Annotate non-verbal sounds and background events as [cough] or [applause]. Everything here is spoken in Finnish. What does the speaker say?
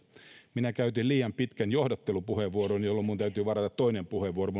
minä käytin liian pitkän johdattelupuheenvuoron jolloin minun täytyy varata toinen puheenvuoro [unintelligible]